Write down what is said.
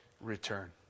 return